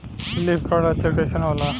Leaf curl लक्षण कइसन होला?